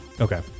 Okay